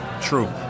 True